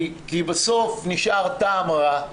כי בסוף נשאר טעם רע.